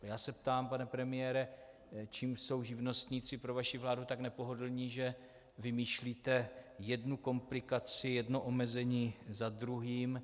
Já se ptám, pane premiére, čím jsou živnostníci pro vaši vládu tak nepohodlní, že vymýšlíte jednu komplikaci, jedno omezení za druhým.